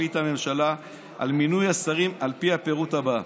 החליטה הממשלה על מינוי השרים על פי הפירוט הבא: